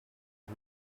and